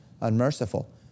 unmerciful